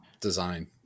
design